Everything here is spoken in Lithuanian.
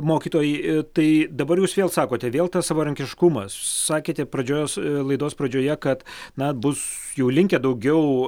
mokytojai tai dabar jūs vėl sakote vėl tas savarankiškumas sakėte pradžios laidos pradžioje kad na bus jau linkę daugiau